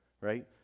right